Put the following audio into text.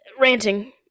ranting